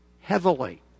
heavily